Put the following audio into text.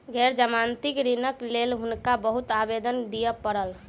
गैर जमानती ऋणक लेल हुनका बहुत आवेदन दिअ पड़ल